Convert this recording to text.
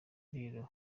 rero